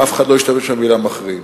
ואף אחד לא השתמש במלה "מחרים".